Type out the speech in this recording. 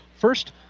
first